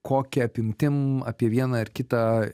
kokia apimtim apie vieną ar kitą